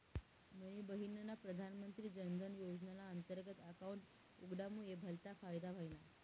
मनी बहिनना प्रधानमंत्री जनधन योजनाना अंतर्गत अकाउंट उघडामुये भलता फायदा व्हयना